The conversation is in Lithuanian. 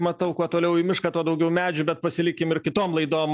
matau kuo toliau į mišką tuo daugiau medžių bet pasilikim ir kitom laidom